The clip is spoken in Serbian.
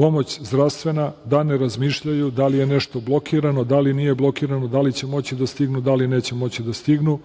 pomoć zdravstvena da ne razmišljaju da li je nešto blokirano, da li nije blokirano, da li će moći da stignu, da li neće moći da stignu,